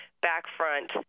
back-front